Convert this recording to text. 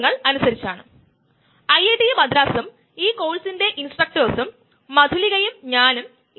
enzyme substrate complex ഇതുപോലെയൊക്കെയാണ് behave ചെയുന്നത്